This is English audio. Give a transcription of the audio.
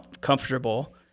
comfortable